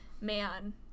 man